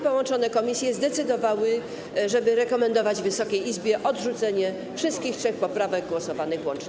Połączone komisje zdecydowały, żeby rekomendować Wysokiej Izbie odrzucenie wszystkich trzech poprawek głosowanych łącznie.